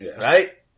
right